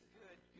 good